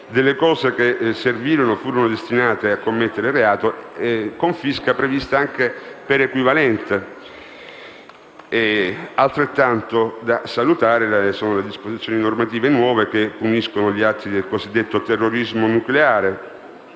delle cose che servirono o furono destinate a commettere reato; tale confisca è prevista anche per equivalente. Altrettanto da salutare positivamente sono le nuove disposizioni normative che puniscono gli atti del cosiddetto terrorismo nucleare.